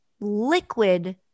liquid